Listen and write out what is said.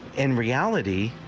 in reality,